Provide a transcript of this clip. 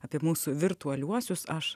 apie mūsų virtualiuosius aš